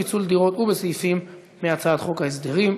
פיצול דירות) ובסעיפים מהצעת חוק ההסדרים.